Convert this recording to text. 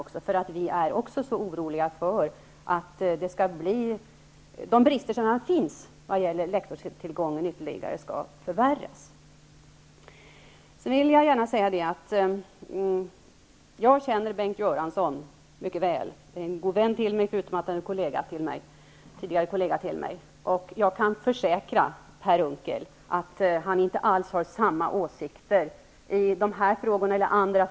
Vi är nämligen mycket oroade över att de brister som finns när det gäller lektorstillgången ytterligare skall komma att tillta. Bengt Göransson som är en god vän och tidigare kollega till mig känner jag mycket väl, och jag kan försäkra Per Unckel Bengt Göransson inte alls har samma åsikter som moderaterna vare sig i de här frågorna eller i andra.